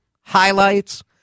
highlights